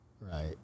right